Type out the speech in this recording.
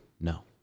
No